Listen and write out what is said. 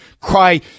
cry